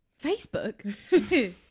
Facebook